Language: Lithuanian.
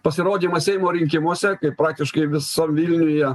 pasirodymas seimo rinkimuose kai praktiškai visam vilniuje